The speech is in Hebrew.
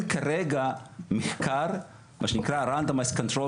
האם הקשר שלנו עם מנכ"ל